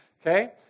Okay